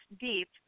deep